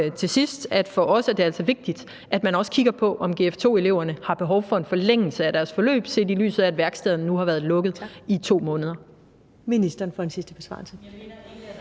er det altså vigtigt, at man også kigger på, om gf-2-eleverne har behov for en forlængelse af deres forløb, set i lyset af at værkstederne nu har været lukket i 2 måneder.